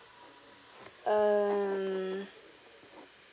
um